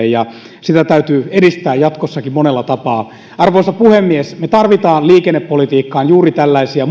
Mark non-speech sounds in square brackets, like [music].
[unintelligible] ja sitä täytyy edistää jatkossakin monella tapaa arvoisa puhemies me tarvitsemme liikennepolitiikkaan muitakin tällaisia [unintelligible]